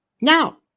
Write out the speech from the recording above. Now